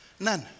None